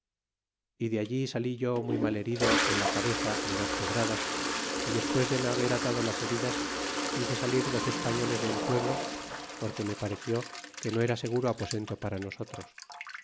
e de allí sali yo muy mal he rido en la cabeza de dos pedradas y despues de me haber ata do las heridas hice salir dos españoles de el pueblo porque me pareció que no era seguro aposento para nosotros